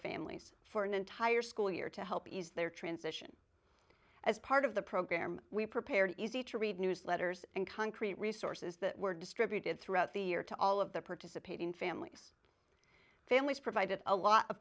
families for an entire school year to help ease their transition as part of the program we prepared easy to read newsletters and concrete resources that were distributed throughout the year to all of the participating families families provided a lot of